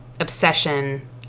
obsession